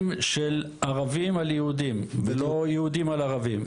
של ערבים על יהודים ולא יהודים על ערבים,